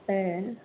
ए